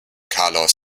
carlos